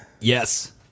yes